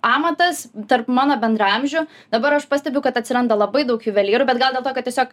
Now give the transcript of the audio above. amatas tarp mano bendraamžių dabar aš pastebiu kad atsiranda labai daug juvelyrų bet gal dėl to kad tiesiog